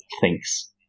thinks